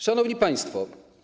Szanowni Państwo!